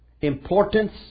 importance